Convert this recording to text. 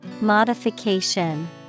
Modification